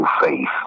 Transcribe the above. faith